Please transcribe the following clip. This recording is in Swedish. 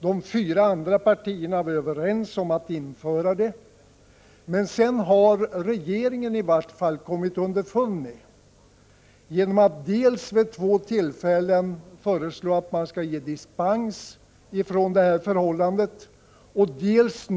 De fyra andra partierna var överens om att införa fonden. Men sedan har i varje fall regeringen kommit underfund med problemet. Dels har man vid två tillfällen föreslagit att man skall ge dispens, dels har man